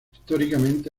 históricamente